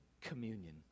communion